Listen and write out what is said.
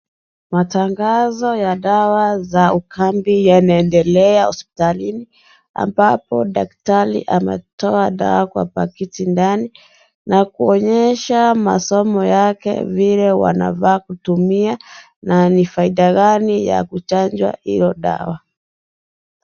Mtangazo ya dawa za ukambi yanaendelea hospitalini ambapo daktari ametoa dawa kwa pakiti ndani na kuonyesha masomo yake vile wanafaa kutumia na ni faida gani ya kuchanjwa iyo dawa.